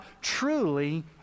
truly